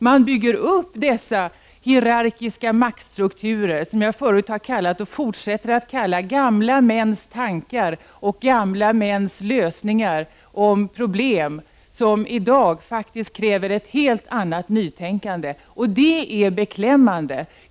Man bygger upp dessa hierarkiska maktstrukturer, som jag förut har kallat och fortsätter att kalla ”gamla mäns tankar och gamla mäns lösningar på problem”, som i dag kräver ett helt annat nytänkande. Det är beklämmande.